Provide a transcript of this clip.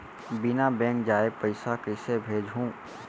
बिना बैंक जाये पइसा कइसे भेजहूँ?